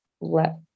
let